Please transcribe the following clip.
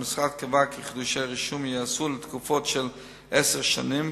המשרד קבע כי חידושי רישום ייעשו לתקופות של עשר שנים,